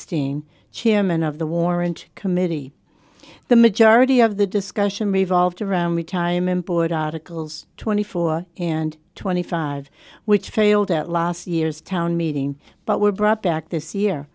abstaining chairman of the warrant committee the majority of the discussion revolved around the time and board articles twenty four and twenty five which failed at last year's town meeting but were brought back this year